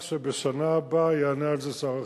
שבשנה הבאה יענה על זה שר החינוך.